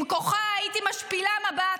במקומך הייתי משפילה מבט,